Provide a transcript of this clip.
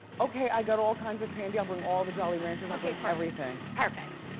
okay, i got all kinds of candy, i'll bring all the jolly ranchers, i'll bring everything. perfect,